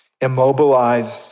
immobilized